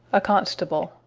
a constable.